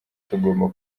tugomba